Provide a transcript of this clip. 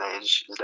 age